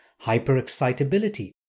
hyperexcitability